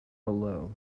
below